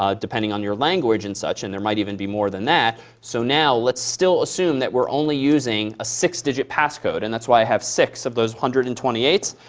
ah depending on your language and such. and there might even be more than that. so now, let's still assume that we're only using a six digit passcode and that's why i have six of those one hundred and twenty eight.